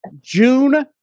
June